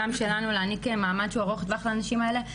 גם שלנו להעניק מעמד שהוא ארוך טווח לנשים האלה,